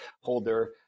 holder